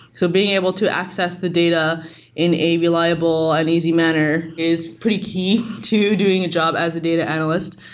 so being able to access the data in a reliable and easy manner is pretty key to doing a job as a data analyst.